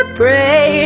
pray